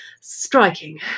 striking